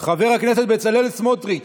חבר הכנסת בצלאל סמוטריץ',